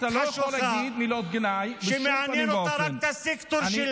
אתה לא יכול להגיד מילות גנאי בשום פנים ואופן.